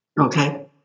Okay